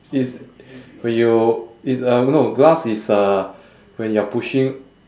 is when you is uh no glass is uh when you are pushing